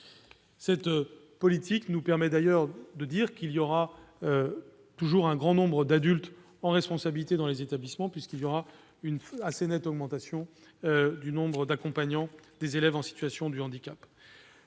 Cette politique nous permet ainsi d'affirmer qu'il y aura toujours un grand nombre d'adultes présents dans les établissements, puisqu'il y aura une assez nette augmentation du nombre d'accompagnants. Les élèves en situation de handicap